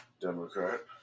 Democrat